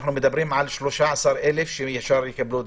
אנחנו מדברים על 13,000 שישר יקבלו.